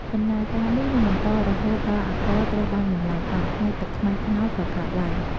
ដំណើរការនេះនឹងបន្តរហូតដល់អាល់កុលត្រូវបានបំប្លែងអស់ ហើយទឹកខ្មេះត្នោតក៏កើតឡើង។